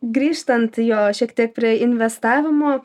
grįžtant jo šiek tiek prie investavimo